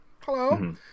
hello